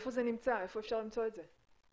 איפה אפשר למצוא את זה?